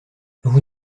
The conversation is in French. vous